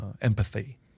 empathy